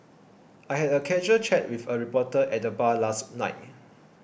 I had a casual chat with a reporter at the bar last night